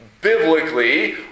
biblically